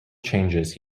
changes